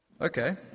Okay